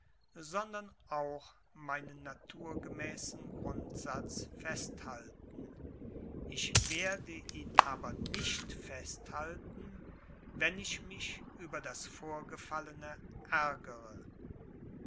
sondern auch meinen naturgemäßen grundsatz festhalten ich werde ihn aber nicht festhalten wenn ich mich über das vorgefallene ärgere